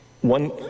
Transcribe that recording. One